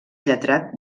lletrat